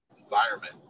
environment